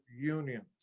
unions